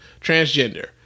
Transgender